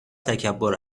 تکبر